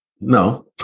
no